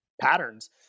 patterns